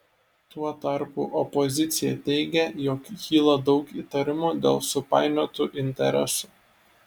tuo tarpu opozicija teigia jog kyla daug įtarimų dėl supainiotų interesų